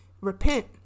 repent